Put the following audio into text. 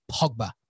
Pogba